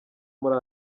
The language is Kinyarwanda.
muri